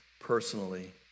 personally